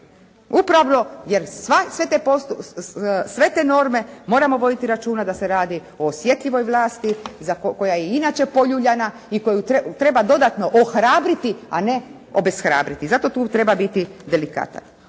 Upravo jer sva, sve te norme, moramo voditi računa da se radi o osjetljivoj vlasti koja je i inače poljuljana i koju treba dodatno ohrabriti a ne obeshrabriti. Zato tu treba biti delikatan.